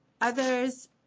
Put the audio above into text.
others